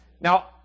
Now